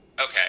okay